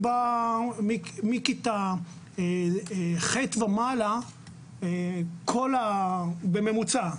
מכיתה ח' ומעלה כל הממוצע,